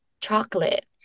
chocolate